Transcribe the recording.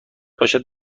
باشد